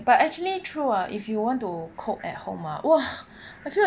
but actually true ah if you want to cook at home ah !wah! actually like